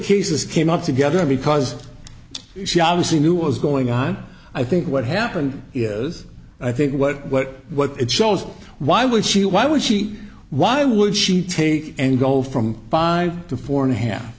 cases came up together because she obviously knew was going on i think what happened is i think what what what it shows why would she why would she why would she take and go from five to four and a half